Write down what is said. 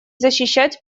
защищать